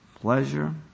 pleasure